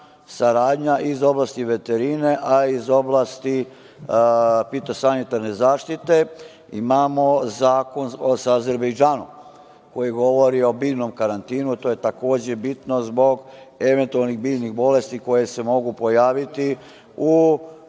saradnja iz oblasti veterine, a i iz oblasti fitosanitarne zaštite. Imamo zakon sa Azerbejdžanom koji govori o biljnom karantinu, a to je takođe bitno zbog eventualnih biljnih bolesti koje se mogu pojaviti u